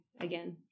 again